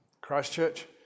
Christchurch